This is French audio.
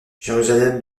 jérusalem